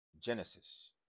Genesis